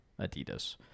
adidas